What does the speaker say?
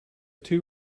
too